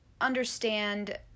understand